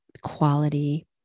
quality